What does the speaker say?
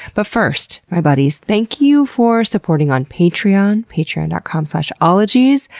but first, my buddies, thank you for supporting on patreon patreon dot com slash ologies.